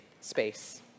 space